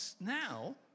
now